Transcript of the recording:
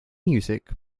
music